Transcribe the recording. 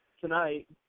tonight